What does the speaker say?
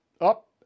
Up